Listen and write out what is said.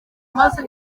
imaze